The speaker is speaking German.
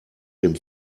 dem